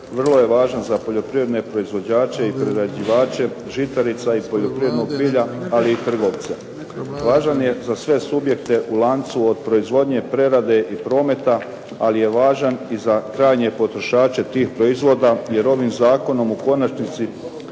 vrlo je važan za poljoprivredne proizvođače i prerađivače žitarica i poljoprivrednog bilja ali i trgovca. Važan je za sve subjekte u lancu od proizvodnje, prerade i prometa, ali je važan i za krajnje potrošače tih proizvoda, jer ovim zakonom u konačnici